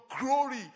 glory